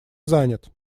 занят